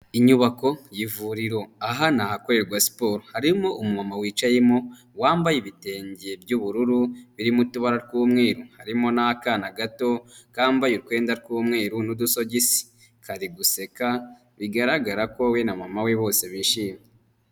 Inyubako y'ivuriro aha ni ahakwerwa siporo harimo umuntu wicayemo wambaye ibitenge by'ubururu biririmo utubara tw'umweru harimo n'akana gato kambaye utwenda tw'umweru n'udusogi kari guseka bigaragara ko we na mama we bose bishimye.